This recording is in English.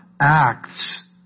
acts